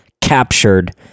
captured